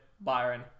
Byron